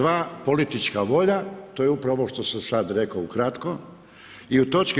2. politička volja, to je upravo ovo što sam sad rekao ukratko i u toč.